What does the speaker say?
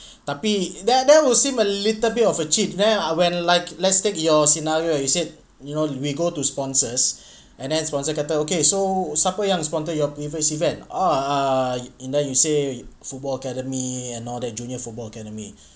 tapi there there would seem a little bit of a chip ah then when like let's take your scenario you said you know we go to sponsors and then sponsor kata okay so siapa yang sponsor your previous event uh and then you say football academy and all that junior football academy